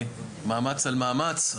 מאמץ על מאמץ,